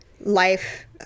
life